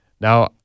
Now